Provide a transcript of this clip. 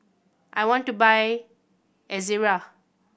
I want to buy Ezerra